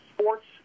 sports